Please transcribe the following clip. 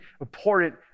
important